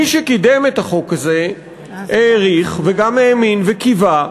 מי שקידם את החוק הזה העריך, וגם האמין וקיווה,